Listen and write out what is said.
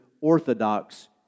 orthodox